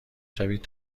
شوید